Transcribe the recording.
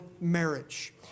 marriage